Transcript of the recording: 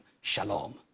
shalom